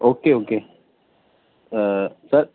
okay okay sir